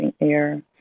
air